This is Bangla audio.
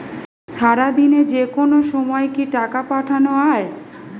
সারাদিনে যেকোনো সময় কি টাকা পাঠানো য়ায়?